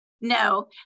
No